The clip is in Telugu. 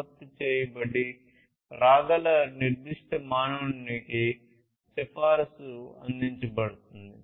ఉత్పత్తి చేయబడి రాగల నిర్దిష్ట మానవునికి సిఫారసు అందించబడుతుంది